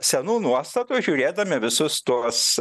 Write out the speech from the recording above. senų nuostatų žiūrėdami visus tuos